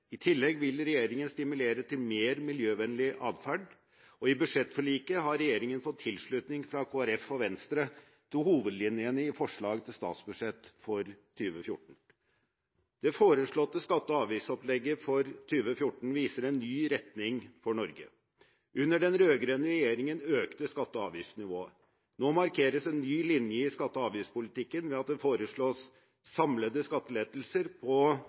I tillegg vil regjeringen stimulere til mer miljøvennlig adferd. I budsjettforliket har regjeringen fått tilslutning fra Kristelig Folkeparti og Venstre til hovedlinjene i forslaget til statsbudsjett for 2014. Det foreslåtte skatte- og avgiftsopplegget for 2014 viser en ny retning for Norge. Under den rød-grønne regjeringen økte skatte- og avgiftsnivået. Nå markeres en ny linje i skatte- og avgiftspolitikken ved at det foreslås samlede skattelettelser på